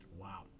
Wow